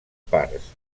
parts